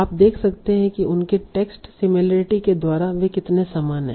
आप देख सकते हैं कि उनके टेक्स्ट सिमिलरिटी के द्वारा वे कितने समान हैं